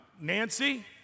Nancy